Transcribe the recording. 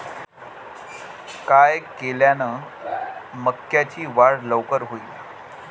काय केल्यान मक्याची वाढ लवकर होईन?